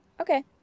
okay